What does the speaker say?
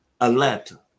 Atlanta